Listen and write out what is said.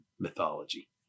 mythology